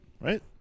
Right